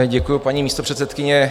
Děkuji, paní místopředsedkyně.